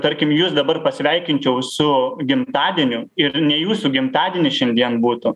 tarkim jus dabar pasveikinčiau su gimtadieniu ir ne jūsų gimtadienis šiandien būtų